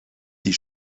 die